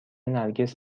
نرگس